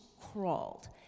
crawled